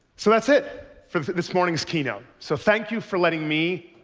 so that's it for this morning's keynote. so thank you for letting me,